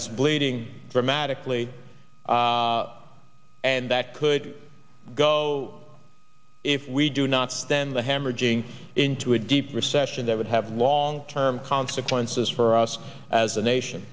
is bleeding dramatically and that could go if we do not stand the hemorrhaging into a deep recession that would have long term consequences for us as a nation